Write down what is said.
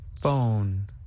Phone